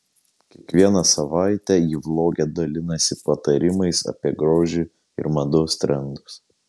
kiekvieną savaitę ji vloge dalinasi patarimais apie grožio ir mados trendus